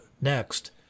next